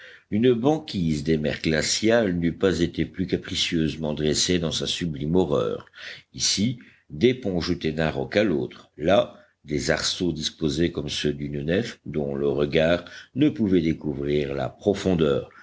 une banquise des mers glaciales n'eût pas été plus capricieusement dressée dans sa sublime horreur ici des ponts jetés d'un roc à l'autre là des arceaux disposés comme ceux d'une nef dont le regard ne pouvait découvrir la profondeur